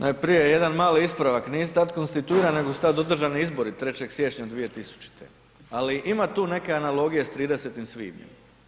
Najprije jedan mali ispravak, nije tad konstituiran nego su tad održani izori, 3. siječnja 2000. ali ima tu neke analogije s 30. svibnja.